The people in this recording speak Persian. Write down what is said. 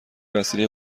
وسیله